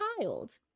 child